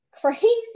crazy